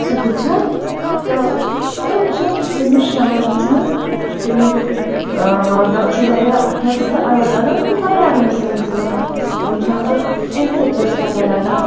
سُہ وُچھان تہٕ تِم چھِ تمِچ شان وُچھان تیٚمیُک تتھ چھُ واریاہ حِصہٕ تہِ الگ الگ تہٕ واریاہَن حِصَن چھِ تِم وُچھان تہٕ اَمہِ سۭتۍ چھِ اَسہِ پتہٕ لگان